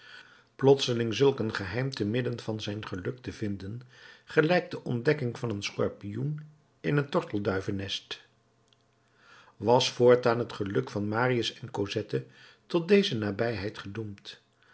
plotseling zulk een geheim te midden van zijn geluk te vinden gelijkt de ontdekking van een scorpioen in een tortelduivennest was voortaan het geluk van marius en cosette tot deze nabijheid gedoemd